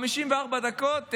54 דקות,